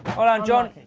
alright john.